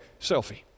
selfie